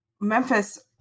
Memphis